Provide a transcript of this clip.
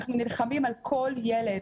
אנחנו נלחמים על כל ילד,